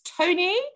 Tony